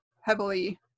heavily